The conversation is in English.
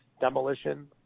Demolition